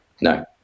No